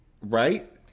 right